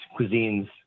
cuisines